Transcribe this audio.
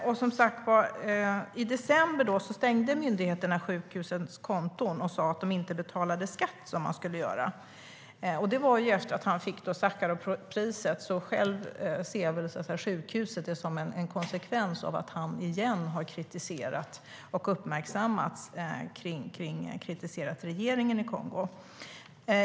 I december stängde myndigheterna sjukhusets konton och sa att man inte betalade skatt som man skulle. Det var efter att doktor Mukwege hade fått Sacharovpriset, och sjukhuset ser detta som en konsekvens av att han har uppmärksammats för sin kritik av regeringen i Kongo.